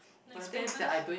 like spammers